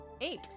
eight